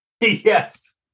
Yes